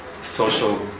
social